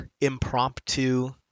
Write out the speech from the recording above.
impromptu